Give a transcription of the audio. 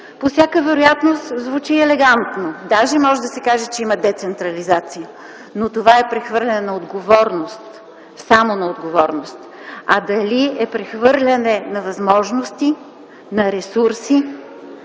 По всяка вероятност звучи елегантно, даже може да се каже, че има децентрализация. Но това е прехвърляне на отговорност – само на отговорност. А дали е прехвърляне на възможности, на ресурси,